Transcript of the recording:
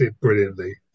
brilliantly